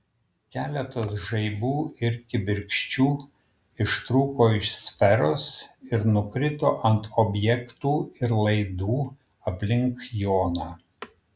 keletas žaibų ir kibirkščių ištrūko iš sferos ir nukrito ant objektų ir laidų aplink joną